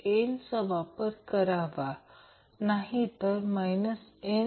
आता आपल्याला माहित आहे की XLLω म्हणून L आपल्याला ते 2